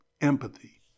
empathy